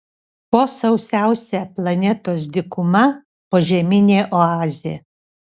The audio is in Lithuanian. po sausiausia planetos dykuma požeminė oazė